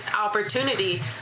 opportunity